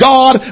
God